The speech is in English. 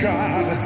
God